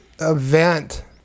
event